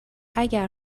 اگر